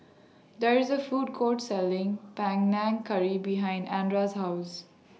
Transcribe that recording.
There IS A Food Court Selling Panang Curry behind Andra's House